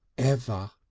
ever!